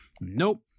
Nope